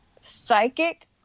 Psychic